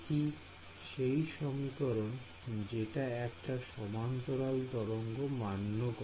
এটি সেই সমীকরণ যেটা একটা সমন্তরাল তরঙ্গ মান্য করে